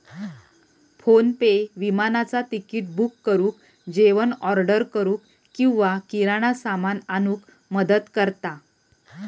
PhonePe विमानाचा ticket book करुक, जेवण ऑर्डर करूक किंवा किराणा सामान आणूक मदत करता